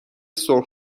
سرخ